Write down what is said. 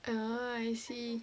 ah I see